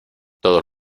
todos